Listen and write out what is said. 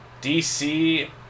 DC